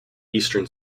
eastern